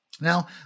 now